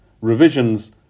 Revisions